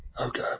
Okay